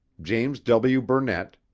james w. burnett,